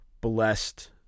blessed